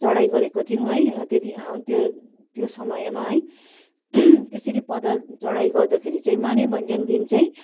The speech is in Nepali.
चडाइ गरेको थियौँ है त्यति त्यो त्यो समयमा है त्यसरी पैदल चडाइ गर्दाखेरि चाहिँ मानेभन्ज्याङदेखि चाहिँ